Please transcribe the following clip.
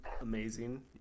amazing